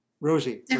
Rosie